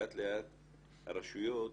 הרשויות